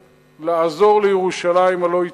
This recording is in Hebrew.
לעזור לירושלים, הלוא היא ציון,